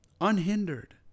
Unhindered